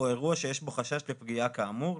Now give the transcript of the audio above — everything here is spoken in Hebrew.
או אירוע שיש בו חשש לפגיעה כאמור,